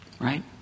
Right